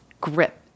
grip